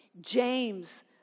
James